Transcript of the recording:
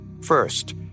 First